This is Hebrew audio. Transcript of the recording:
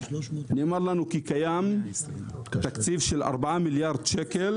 ונאמר לנו שקיים תקציב של 4 מיליארד שקל